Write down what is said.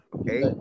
Okay